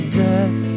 death